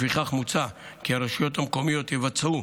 לפיכך, מוצע כי הרשויות המקומיות יבצעו